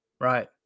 right